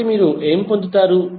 కాబట్టి మీరు ఏమి పొందుతారు